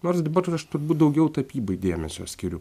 nors dabar aš turbūt daugiau tapybai dėmesio skiriu